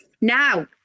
Now